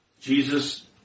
Jesus